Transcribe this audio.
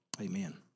amen